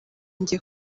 ngiye